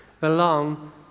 belong